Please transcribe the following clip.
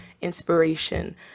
inspiration